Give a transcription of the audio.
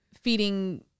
feeding